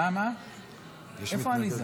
איפה עליזה?